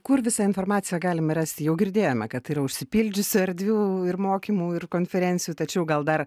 kur visą informaciją galime rasti jau girdėjome kad ir užsipildžiusi erdvių ir mokymų ir konferencijų tačiau gal dar